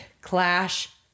clash